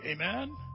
Amen